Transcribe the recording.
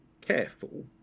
careful